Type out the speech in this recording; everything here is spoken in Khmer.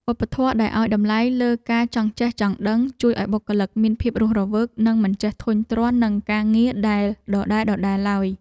វប្បធម៌ដែលឱ្យតម្លៃលើការចង់ចេះចង់ដឹង ជួយឱ្យបុគ្គលិកមានភាពរស់រវើកនិងមិនចេះធុញទ្រាន់នឹងការងារដែលដដែលៗឡើយ។